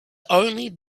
only